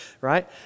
Right